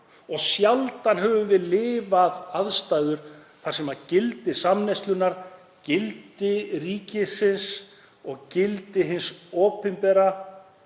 og sjaldan höfum við lifað aðstæður þar sem gildi samneyslunnar, gildi ríkisins og gildi hins opinbera